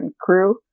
crew